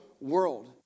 world